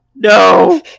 No